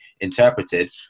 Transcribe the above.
interpreted